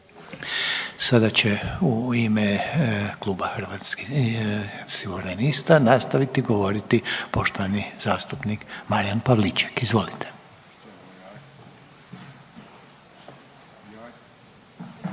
Sada će u ime kluba Hrvatskih suverenista nastaviti govoriti poštovani zastupnik Marijan Pavliček. Izvolite.